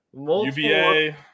uva